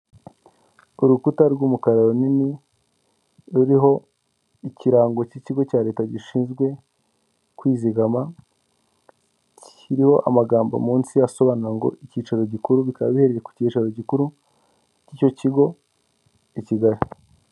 Aya ni ameza ari mu nzu, bigaragara ko aya meza ari ayokuriho arimo n'intebe nazo zibaje mu biti ariko aho bicarira hariho imisego.